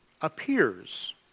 Appears